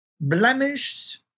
blemished